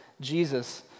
Jesus